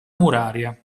muraria